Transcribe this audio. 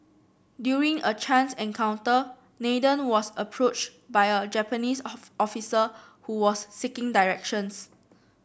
during a chance encounter Nathan was approached by a Japanese officer who was seeking directions